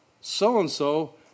So-and-so